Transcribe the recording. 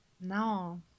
No